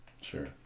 Sure